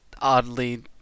oddly